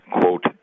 quote